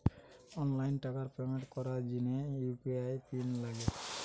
online টাকার payment করার জিনে ইউ.পি.আই পিন লাগে